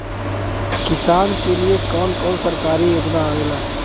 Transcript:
किसान के लिए कवन कवन सरकारी योजना आवेला?